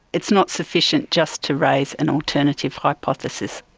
it's not sufficient just to raise an alternative hypothesis,